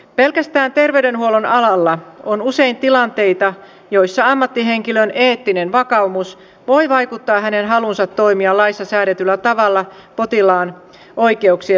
pelkästään terveydenhuollon alalla on usein tilanteita joissa ammattihenkilön eettinen vakaumus voi vaikuttaa hänen haluunsa toimia laissa säädetyllä tavalla potilaan oikeuksien mukaisesti